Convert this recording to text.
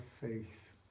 faith